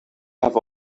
have